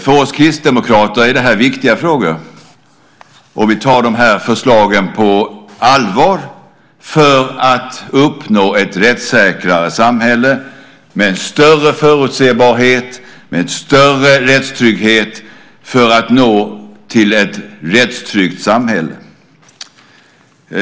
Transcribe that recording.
För oss kristdemokrater är detta viktiga frågor, och vi tar dessa förslag på allvar - förslag för att uppnå ett rättssäkrare samhälle med större förutsebarhet och större rättstrygghet.